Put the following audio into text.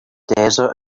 desert